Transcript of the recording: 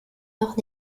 noch